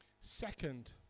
Second